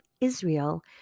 Israel